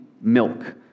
milk